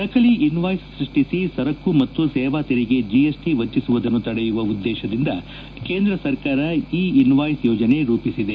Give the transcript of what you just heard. ನಕಲಿ ಇನ್ವಾಯ್ಡ್ ಸೃಷ್ಷಿಸಿ ಸರಕು ಮತ್ತು ಸೇವಾ ತೆರಿಗೆ ಜೆಎಸ್ಟಿ ವಂಚಿಸುವುದನ್ನು ತಡೆಯುವ ಉದ್ದೇಶದಿಂದ ಕೇಂದ್ರ ಸರ್ಕಾರ ಇ ಇನ್ವಾಯ್ಲ್ ಯೋಜನೆ ರೂಪಿಸಿದೆ